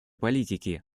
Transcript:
политики